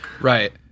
Right